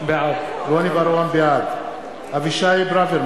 בעד איפה מירי רגב?